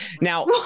Now